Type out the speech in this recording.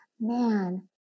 man